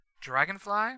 Dragonfly